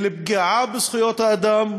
של פגיעה בזכויות האדם